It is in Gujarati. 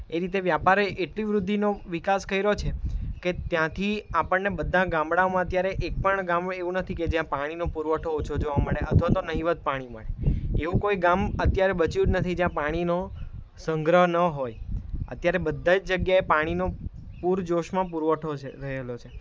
એ રીતે વ્યાપારે એટલી વૃદ્ધિનો વિકાસ કર્યો છે કે ત્યાંથી આપણને બધા ગામડાઓમાં અત્યારે એક પણ ગામડું એવું નથી કે જ્યાં પાણીનો પુરવઠો ઓછો જોવા મળે અથવા તો નહિવત પાણી મળે એવું કોઈ ગામ અત્યારે બચ્યું જ નથી જ્યાં પાણીનો સંગ્રહ ન હોય અત્યારે બધા જ જગ્યાએ પાણીનો પૂરજોશમાં પુરવઠો છે રહેલો છે